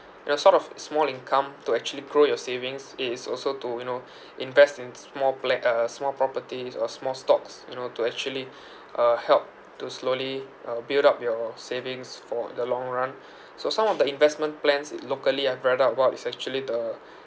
your sort of small income to actually grow your savings it is also to you know invest in small black uh small properties or small stocks you know to actually uh help to slowly uh build up your savings for the long run so some of the investment plans it locally I've read up about is actually the